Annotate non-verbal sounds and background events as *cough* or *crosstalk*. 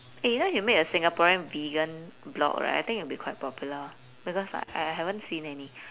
eh then you make a singaporean vegan vlog right I think it will be quite popular because like I I haven't seen any *breath*